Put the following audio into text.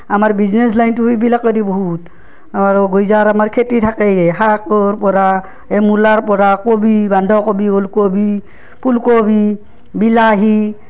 আমাৰ বিজনেজ লাইনটো এইবিলাকে দি বহুত আৰু গইজাৰ আমাৰ খেতি থাকেয়ে শাকৰ পৰা এই মূলাৰ পৰা কবি বান্ধকবি ওলকবি ফুলকবি বিলাহী